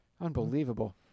Unbelievable